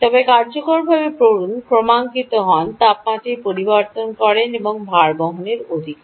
তবে কার্যকরভাবে পড়ুন ক্রমাঙ্কিত হন তাপমাত্রাটি পরিমাপ করেন এই ভারবহন অধিকার